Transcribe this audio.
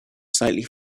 slightly